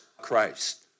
Christ